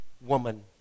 woman